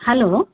hello